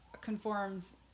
conforms